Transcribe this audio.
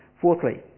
Fourthly